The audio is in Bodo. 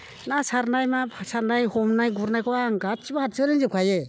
ना सारनाय मा सारनाय हमनाय गुरनायखौ आं गासैबो हारसिं रोंजोब खायो